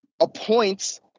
appoints